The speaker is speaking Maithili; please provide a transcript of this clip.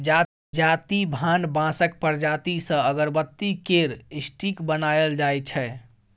जाति भान बाँसक प्रजाति सँ अगरबत्ती केर स्टिक बनाएल जाइ छै